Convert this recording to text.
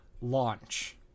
launch